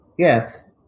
Yes